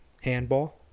handball